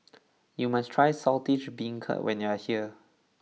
you must try Saltish Beancurd when you are here